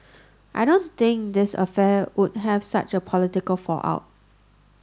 I don't think this affair would have such a political fallout